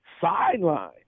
sideline